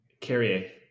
Carrier